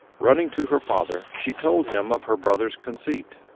running to her father, she told him of her brother's conceit,